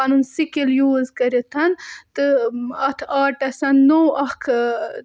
پَنُن skill use کٔرِتھ تہٕ اَتھ آرٹَس نوٚو اَکھ